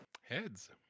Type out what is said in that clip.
Heads